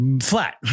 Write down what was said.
flat